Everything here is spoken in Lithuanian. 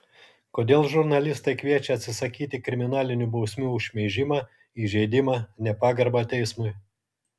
kodėl žurnalistai kviečia atsisakyti kriminalinių bausmių už šmeižimą įžeidimą nepagarbą teismui